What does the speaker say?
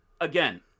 again